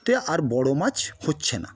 তে আর বড় মাছ হচ্ছে না